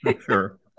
Sure